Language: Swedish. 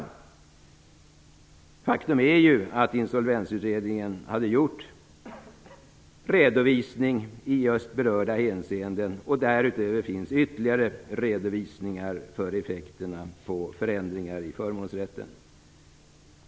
Faktum är ju att Insolvensutredningen hade presenterat redovisning i just berörda hänseenden, och därutöver finns ytterligare redovisningar av effekterna av förändringar i förmånsrätten.